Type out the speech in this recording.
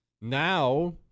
Now